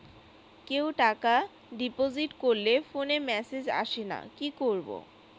কেউ টাকা ডিপোজিট করলে ফোনে মেসেজ আসেনা কি করবো?